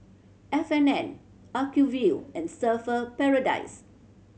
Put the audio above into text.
F and N Acuvue and Surfer Paradise